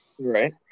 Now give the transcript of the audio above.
Right